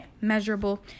measurable